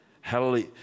Hallelujah